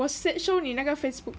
我 show 你那个 Facebook